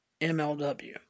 MLW